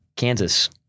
Kansas